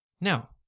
Now